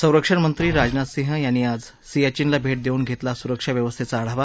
संरक्षण मंत्री राजनाथ सिंह यांनी आज सियाचीनला भे देऊन घेतला सुरक्षा व्यवस्थेचा आढावा